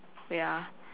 wait ah